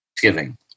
Thanksgiving